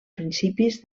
principis